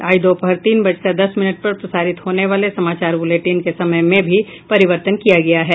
आज दोपहर तीन बजकर दस मिनट पर प्रसारित होने वाले समाचार बुलेटिन के समय में भी परिवर्तन किया गया है